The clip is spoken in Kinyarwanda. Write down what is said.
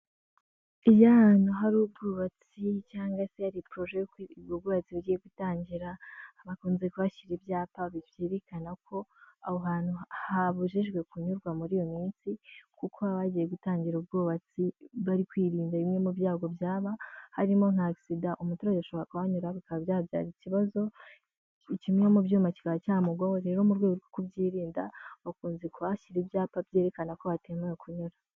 Iyo ahantu hari ubwubatsi cyangwa se hari poroje y'uko ubwo bwubatsi bugiye gutangira, bakunze kuhashyira ibyapa byerekana ko aho hantu habujijwe kunyurwa muri iyo minsi, kuko haba bagiye gutangira ubwubatsi bari kwirinda bimwe mu byago byaba harimo nka agisida, umuturage ashobora kuhanyura bikaba byabyara ikibazo, kimwe mu byuma kikaba cyamugwaho, rero mu rwego rwo kubyirinda bakunze kuhashyira ibyapa byerekana ko hatemewe kunyurwa.